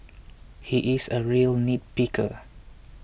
he is a real nitpicker